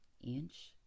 inch